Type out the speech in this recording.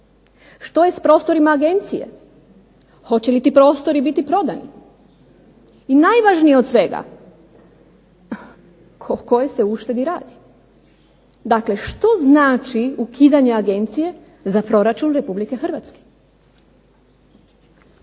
Što je s prostorima agencije? Hoće li ti prostori biti prodani? I najvažnije od svega, o kojoj se uštedi radi? Dakle što znači ukidanje agencije za proračun Republike Hrvatske?